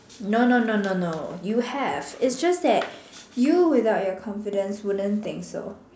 no no no no you have is just that you without your confidence wouldn't think so